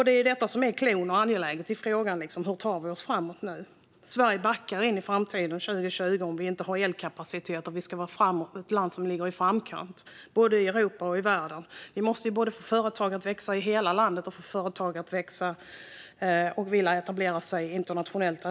Det är det här som är cloun i frågan och det som är angeläget: Hur tar vi oss framåt nu? Sverige backar in i framtiden när vi 2020 inte har elkapacitet. Vi ska ju vara ett land som ligger i framkant i både Europa och världen. Vi måste både få företag att växa i hela landet och få företag även i vårt land att framöver vilja etablera sig internationellt.